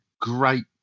great